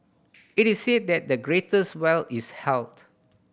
it is said that the greatest wealth is health